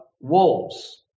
wolves